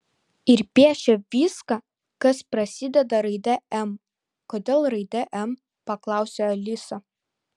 ir piešė viską kas prasideda raide m kodėl raide m paklausė alisa